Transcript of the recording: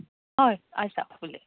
हय आसा उलय